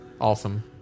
Awesome